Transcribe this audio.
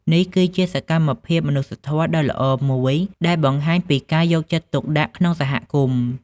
នេះគឺជាសកម្មភាពមនុស្សធម៌ដ៏ល្អមួយ ដែលបង្ហាញពីការយកចិត្តទុកដាក់ក្នុងសហគមន៍។